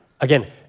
Again